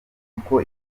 kuko